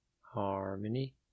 Harmony